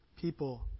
people